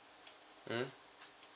mm